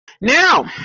Now